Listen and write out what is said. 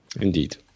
Indeed